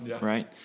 right